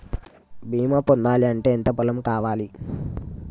బీమా పొందాలి అంటే ఎంత పొలం కావాలి?